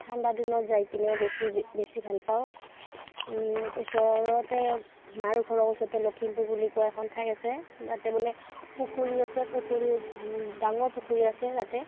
ঠাণ্ডা দিনত যাই কিনে বেছি বেছি ভালপাওঁ ওচৰতে মাৰ ঘৰৰ ওচৰতে লখিমপুৰ বুলি কোৱা এখন ঠাই আছে তাতে মানে পুখুৰী আছে পুখুৰীত ডাঙৰ পুখুৰী আছে তাতে